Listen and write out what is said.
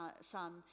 son